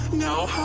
no oh